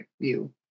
view